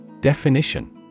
Definition